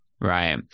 Right